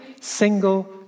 single